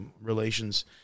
relations